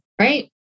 right